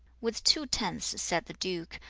with two tenths, said the duke,